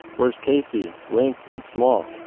where's casey, link and small?